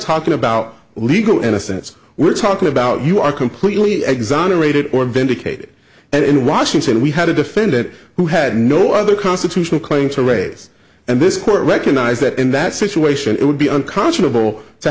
talking about legal innocence we're talking about you are completely exonerated or vindicated and in washington we had a defendant who had no other constitutional claim to race and this court recognized that in that situation it would be unconscionable to